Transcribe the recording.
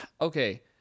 Okay